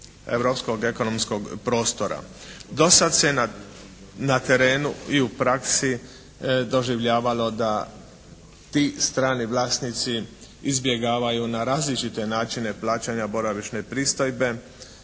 europskog ekonomskog prostora. Dosad se na terenu i u praksi doživljavalo da ti strani vlasnici izbjegavaju na različite načine plaćanja boravišne pristojbe